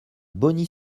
bogny